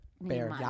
Bear